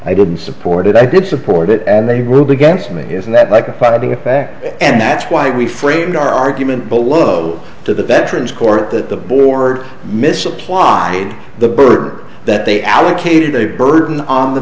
i didn't support it i did support it and they ruled against me isn't that like a putting it back and that's why we framed our argument below to the veterans court that the board misapplied the bird that they allocated a burden on the